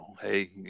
hey